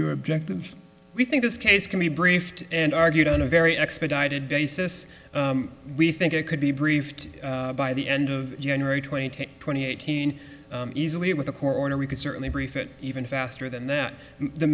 your objectives we think this case can be briefed and argued on a very expedited basis we think it could be briefed by the end of january twenty twenty eighteen easily with a corner we could certainly brief it even faster than that the